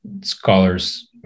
scholars